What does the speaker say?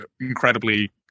incredibly